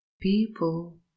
People